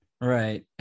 Right